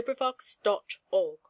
LibriVox.org